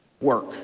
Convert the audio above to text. work